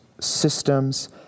systems